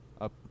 up